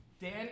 Dan